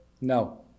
No